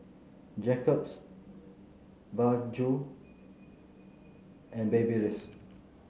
Jacob's Baggu and Babyliss